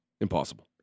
impossible